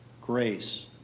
grace